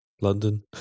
London